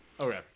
Okay